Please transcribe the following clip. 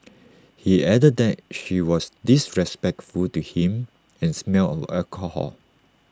he added that she was disrespectful to him and smelled of alcohol